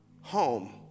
home